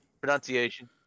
Pronunciation